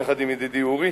יחד עם ידידי אורי.